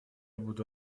буду